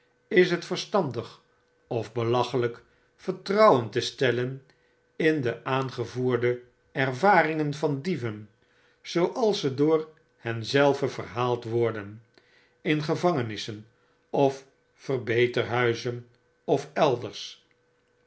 is het ve'rstandigof belachelyk vertrouwen te stellen in de aangevoerde ervaringen van dieven zooals ze door henzelve verhaald worden in gevangenissen of verbeterhuizen of elders